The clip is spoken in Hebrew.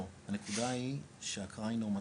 לא, הנקודה היא שההקראה היא נורמטיבית,